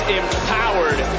empowered